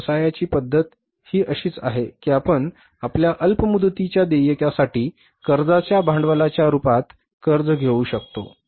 सर्व व्यवसायाची सामान्य पद्धत ही आहे की आपण आपल्या अल्प मुदतीच्या देयकासाठी कर्जाच्या भांडवलाच्या रूपात कर्ज घेऊ शकता